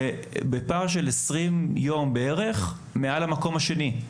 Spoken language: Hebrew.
בפער של 20 יום בערך מעל המקום השני,